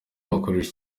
bakoresha